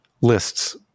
lists